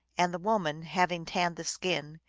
and the woman, having tanned the skin,